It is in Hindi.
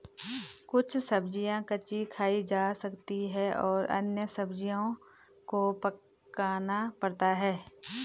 कुछ सब्ज़ियाँ कच्ची खाई जा सकती हैं और अन्य सब्ज़ियों को पकाना पड़ता है